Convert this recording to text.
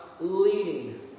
leading